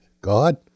God